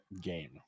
game